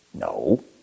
No